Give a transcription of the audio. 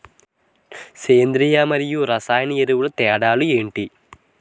సేంద్రీయ మరియు రసాయన ఎరువుల తేడా లు ఏంటి?